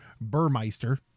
Burmeister